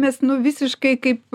mes nu visiškai kaip